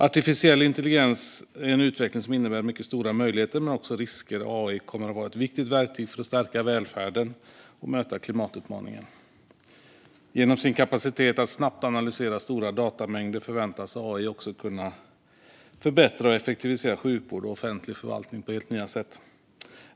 Artificiell intelligens är en utveckling som innebär mycket stora möjligheter men också risker. AI kommer att vara ett viktigt verktyg för att stärka välfärden och möta klimatutmaningen. Genom sin kapacitet att snabbt analysera stora datamängder förväntas AI också kunna förbättra och effektivisera sjukvård och offentlig förvaltning på helt nya sätt.